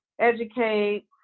educate